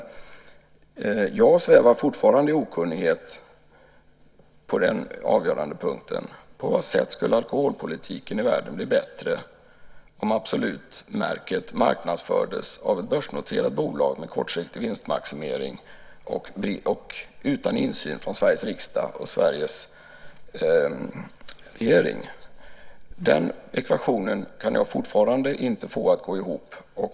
Men jag svävar fortfarande i okunnighet på denna avgörande punkt: På vad sätt skulle alkoholpolitiken i världen bli bättre om Absolutmärket marknadsfördes av ett börsnoterat bolag med kortsiktig vinstmaximering och utan insyn från Sveriges riksdag och Sveriges regering? Den ekvationen kan jag fortfarande inte få att gå ihop.